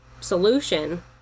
solution